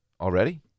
already